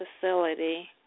facility